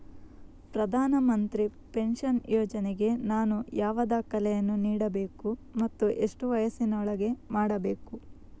ಪ್ರಧಾನ ಮಂತ್ರಿ ಪೆನ್ಷನ್ ಯೋಜನೆಗೆ ನಾನು ಯಾವ ದಾಖಲೆಯನ್ನು ನೀಡಬೇಕು ಮತ್ತು ಎಷ್ಟು ವಯಸ್ಸಿನೊಳಗೆ ಮಾಡಬೇಕು?